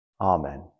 Amen